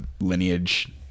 lineage